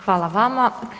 Hvala vama.